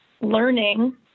learning